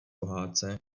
pohádce